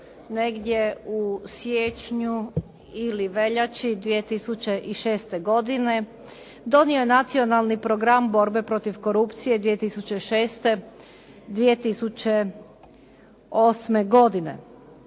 negdje u siječnju ili veljači 2006. godine donio je Nacionalni program borbe protiv korupcije 2006. - 2008. godine.